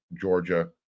Georgia